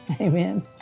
amen